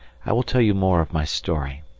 i will tell you more of my story.